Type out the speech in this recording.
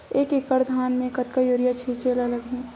एक एकड़ धान में कतका यूरिया छिंचे ला लगही?